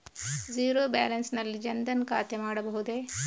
Zero balance ನಲ್ಲಿ ಜನ್ ಧನ್ ಖಾತೆ ಮಾಡಬಹುದೇ?